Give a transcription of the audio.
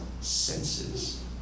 senses